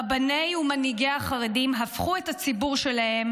רבני ומנהיגי החרדים הפכו את הציבור שלהם